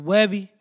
Webby